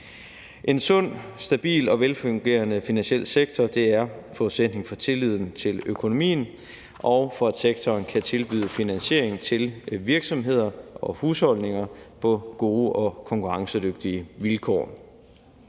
En sund, stabil og velfungerende finansiel sektor er forudsætning for tilliden til økonomien og for, at sektoren kan tilbyde finansiering til virksomheder og husholdninger på gode og konkurrencedygtige vilkår.